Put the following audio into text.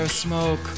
smoke